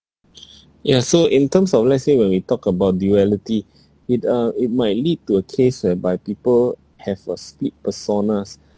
ya so in terms of let's say when we talk about duality it uh it might lead to a case whereby people have a split personas